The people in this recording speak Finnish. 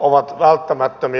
ovat välttämättömiä